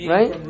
Right